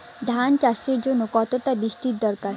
ধান চাষের জন্য কতটা বৃষ্টির দরকার?